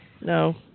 No